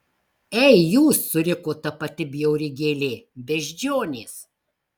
ei jūs suriko ta pati bjauri gėlė beždžionės